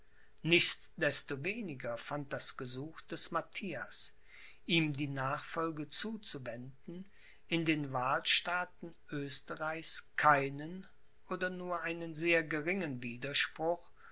nichtsdestoweniger fand das gesuch des matthias ihm die nachfolge zuzuwenden in den wahlstaaten oesterreichs keinen oder nur einen sehr geringen widerspruch